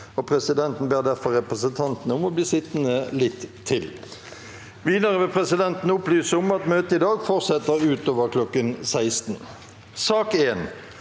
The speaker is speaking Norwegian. presidenten ber derfor representantene om å bli sittende. Videre vil presidenten opplyse om at møtet i dag fortsetter utover kl. 16. Sak nr.